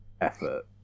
effort